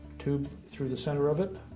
tube through the center of it.